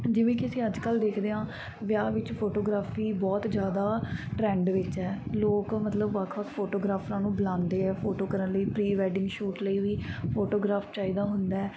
ਜਿਵੇਂ ਕਿ ਅਸੀਂ ਅੱਜ ਕੱਲ੍ਹ ਦੇਖਦੇ ਹਾਂ ਵਿਆਹ ਵਿੱਚ ਫੋਟੋਗ੍ਰਾਫੀ ਬਹੁਤ ਜ਼ਿਆਦਾ ਟਰੈਂਡ ਵਿੱਚ ਹੈ ਲੋਕ ਮਤਲਬ ਵੱਖ ਵੱਖ ਫੋਟੋਗ੍ਰਾਫਰਾਂ ਨੂੰ ਬੁਲਾਉਂਦੇ ਆ ਫੋਟੋ ਕਰਨ ਲਈ ਪ੍ਰੀ ਵੈਡਿੰਗ ਸ਼ੂਟ ਲਈ ਵੀ ਫੋਟੋਗ੍ਰਾਫ ਚਾਹੀਦਾ ਹੁੰਦਾ